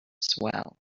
swell